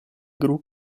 gru